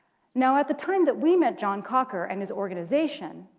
now at the time that we met john caulker and his organization,